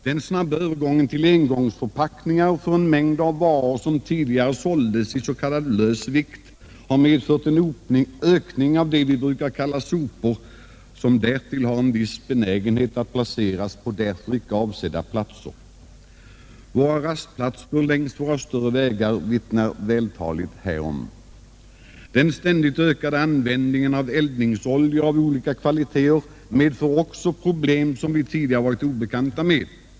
Den snabba övergången till engågngsförpackningar för en mängd varor som tidigare såldes i s.k. lös vikt har medfört en ökning av det vi brukar kalla sopor, som därtill har en viss benägenhet att placeras på därför icke avsedda platser. Våra rastplatser längs våra större vägar vittnar vältaligt härom. Den ständigt ökade användningen av eldningsolja av olika kvaliteter medför också problem som vi tidigare varit obekanta med.